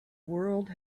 world